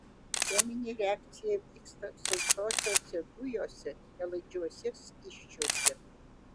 cheminė reakcija vyksta sausosiose dujose nelaidžiuose skysčiuose